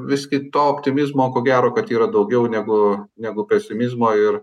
visgi to optimizmo ko gero kad yra daugiau negu negu pesimizmo ir